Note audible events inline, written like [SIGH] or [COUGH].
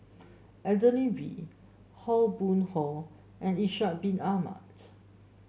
Adeline [UNINTELLIGIBLE] Aw Boon Haw and Ishak Bin Ahmad